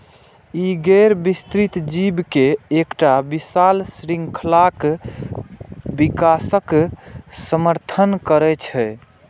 ई गैर विस्तृत जीव के एकटा विशाल शृंखलाक विकासक समर्थन करै छै